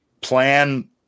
plan